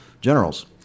generals